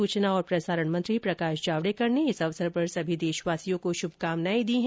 सुचना और प्रसारण मंत्री प्रकाश जावड़ेकर ने इस अवसर पर सभी देशवासियों को शभुकामनाएं दी है